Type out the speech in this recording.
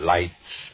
Lights